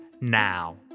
now